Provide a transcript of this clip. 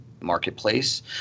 marketplace